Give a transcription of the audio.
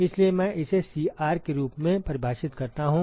इसलिए मैं इसे Cr के रूप में परिभाषित करता हूं